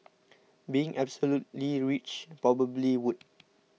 being absolutely rich probably would